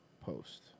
Post